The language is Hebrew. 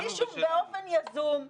באופן יזום,